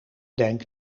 denk